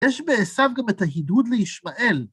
יש בעשיו גם את ההידוד לישמעאל.